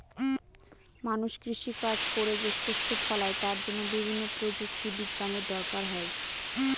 মানুষ কৃষি কাজ করে যে শস্য ফলায় তার জন্য বিভিন্ন প্রযুক্তি বিজ্ঞানের দরকার হয়